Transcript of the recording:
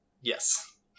Yes